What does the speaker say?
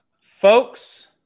folks